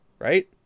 Right